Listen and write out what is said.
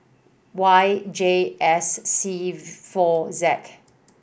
Y J S C four Z